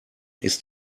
ist